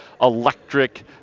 electric